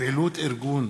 פעילות ארגון